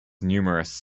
numerous